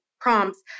prompts